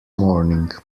morning